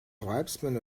tribesmen